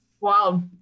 Wow